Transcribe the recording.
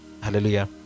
Hallelujah